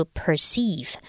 perceive